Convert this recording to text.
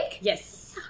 Yes